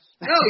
No